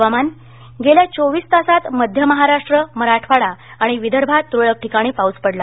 हवामान गेल्या चोवीस तासांत मध्य महाराष्ट्र मराठवाडा आणि विदर्भात तुरळक ठिकाणी पाऊस पडला